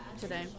today